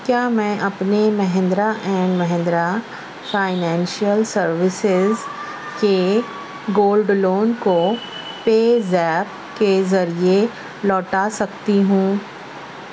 کیا میں اپنے Mahindra and Mahindra financial services کے گولڈ لون کو پے زیپ کے ذریعے لوٹا سکتی ہوں